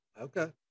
Okay